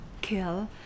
kill